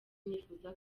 nifuza